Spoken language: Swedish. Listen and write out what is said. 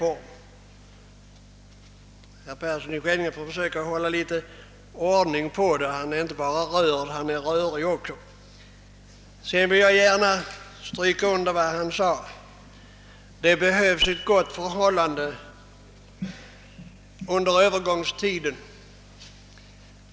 Herr Persson i Skänninge får försöka hålla litet ordning på detta — herr Persson är inte bara rörd utan även rörig. Jag vill gärna stryka under vad herr Persson i Skänninge sade om att det behövs ett gott förhållande under övergångstiden.